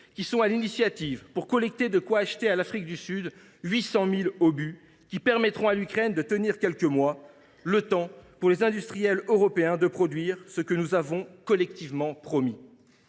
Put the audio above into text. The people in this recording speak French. qui ont pris l’initiative de collecter de quoi acheter à l’Afrique du Sud 800 000 obus qui permettront à l’Ukraine de tenir quelques mois, le temps pour les industriels européens de produire ce que nous avons collectivement promis.